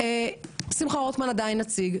שמחה רוטמן עדיין נציג,